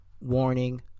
Warning